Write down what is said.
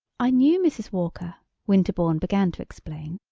i knew mrs. walker winterbourne began to explain.